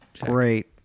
Great